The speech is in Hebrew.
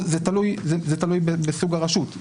זה תלוי בסוג הרשות,